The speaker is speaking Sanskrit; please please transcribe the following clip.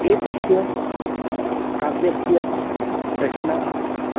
एतस्य काव्यस्य रचना